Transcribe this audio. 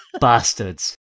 bastards